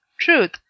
truth